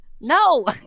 No